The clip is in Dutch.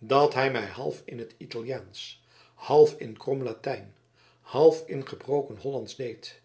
dat hij mij half in t italiaansch half in krom latijn half in gebroken hollandsch deed